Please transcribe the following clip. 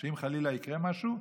שאם חלילה יקרה משהו,